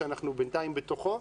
שאנחנו בינתיים בתוכו,